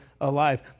alive